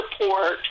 support